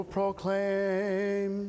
proclaim